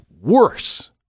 worse